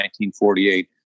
1948